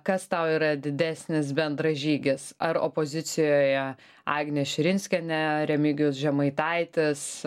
kas tau yra didesnis bendražygis ar opozicijoje agnė širinskienė remigijus žemaitaitis